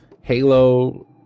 Halo